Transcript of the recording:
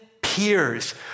peers